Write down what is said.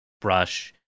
brush